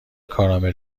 کارامل